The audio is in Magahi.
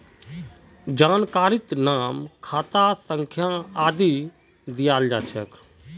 जानकारीत नाम खाता संख्या आदि दियाल जा छेक